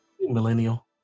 Millennial